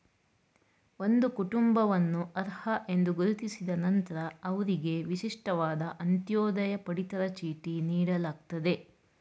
ಒಂದು ಕುಟುಂಬವನ್ನು ಅರ್ಹ ಎಂದು ಗುರುತಿಸಿದ ನಂತ್ರ ಅವ್ರಿಗೆ ವಿಶಿಷ್ಟವಾದ ಅಂತ್ಯೋದಯ ಪಡಿತರ ಚೀಟಿ ನೀಡಲಾಗ್ತದೆ